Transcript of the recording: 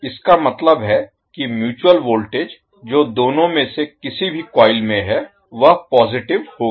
इसका मतलब है कि म्यूच्यूअल वोल्टेज जो दोनों में से किसी भी कॉइल में है वह पॉजिटिव होगी